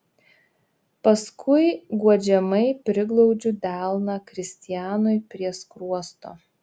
paskui guodžiamai priglaudžiu delną kristianui prie skruosto